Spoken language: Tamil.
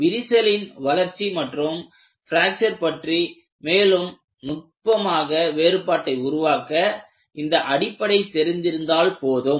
விரிசலின் வளர்ச்சி மற்றும் பிராக்சர் பற்றி மேலும் நுட்பமாக வேறுபாட்டை உருவாக்க இந்த அடிப்படை தெரிந்திருந்தால் போதும்